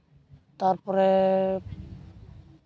ᱛᱟᱨᱯᱚᱨᱮ